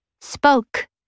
spoke